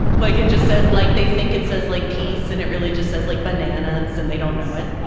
like, it just says, like they think it says, like, peace. and it really just says, like, bananas, and they don't know it